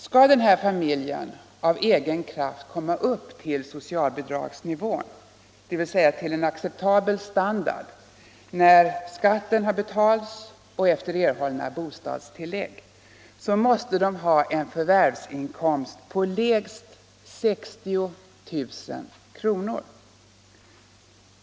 Skall den här familjen av egen kraft komma upp till socialbidragsnivån, dvs. till en acceptabel standard, när skatten har betalats och efter erhållna bostadstillägg, måste den ha en förvärvsinkomst på lägst 60 000 kr.